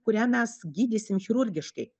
kurią mes gydysim chirurgiškai